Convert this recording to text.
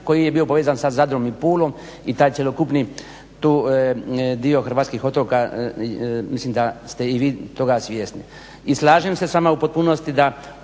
koji je bio povezan sa Zadrom i Pulom i taj cjelokupni, tu dio hrvatskih otoka mislim da ste i vi toga svjesni. I slažem se s vama u potpunosti da